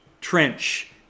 trench